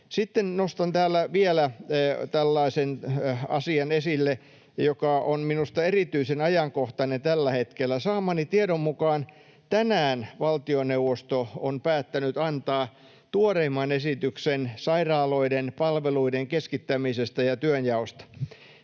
Sitten nostan täällä vielä tällaisen asian esille, joka on minusta erityisen ajankohtainen tällä hetkellä. Saamani tiedon mukaan tänään valtioneuvosto on päättänyt antaa tuoreimman esityksensä sairaaloiden palveluiden keskittämisestä ja työnjaosta.